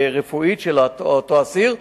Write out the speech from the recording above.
רפואית של אותו אסיר.